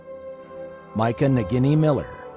micah naginey miller,